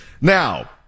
Now